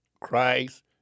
Christ